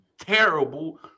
terrible